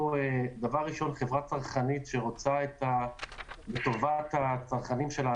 אנחנו קודם כל חברה צרכנית שרוצה את טובת הצרכנים שלה.